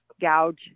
gouge